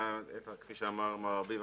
כפי שאמר מר ארביב,